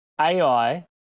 AI